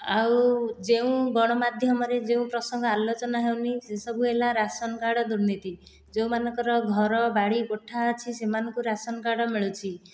ଆଉ ଯେଉଁ ଗଣମାଧ୍ୟମରେ ଯେଉଁ ପ୍ରସଙ୍ଗ ଆଲୋଚନା ହେଉନି ସେସବୁ ହେଲା ରାସନ କାର୍ଡ଼ ଦୁର୍ନୀତି ଯେଉଁ ମାନଙ୍କର ଘର ବାଡ଼ି କୋଠା ଅଛି ସେମାନଙ୍କୁ ରାସନ କାର୍ଡ଼ ମିଳୁଛି